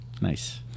Nice